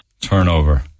turnover